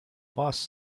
boss